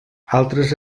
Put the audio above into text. altres